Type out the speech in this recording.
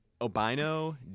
Obino